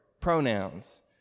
pronouns